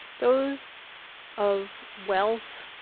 those of wealth,